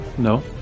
No